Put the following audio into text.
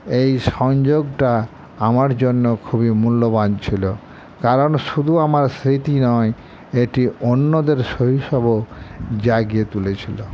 এই সংযোগটা আমার জন্য খুবই মূল্যবান ছিল কারণ শুধু আমার স্মৃতি নয় এটি অন্যদের শৈশবও জাগিয়ে তুলেছিল